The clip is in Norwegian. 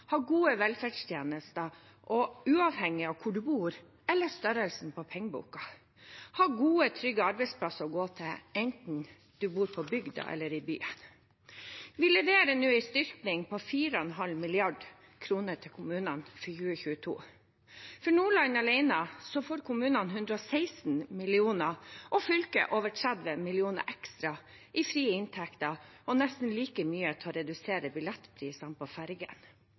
ha gode velferdstjenester, uavhengig av hvor man bor eller størrelsen på pengeboken, og ha gode og trygge arbeidsplasser å gå til, enten man bor på bygda eller i byen. Vi leverer nå en styrking på 4,5 mrd. kr til kommunene for 2022. For Nordland alene får kommunene 116 mill. kr og fylket over 30 mill. kr ekstra i frie inntekter, og nesten like mye til å redusere billettprisene på